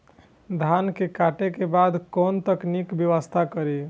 धान के काटे के बाद कोन तकनीकी व्यवस्था करी?